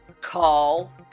call